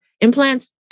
Implants